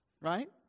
right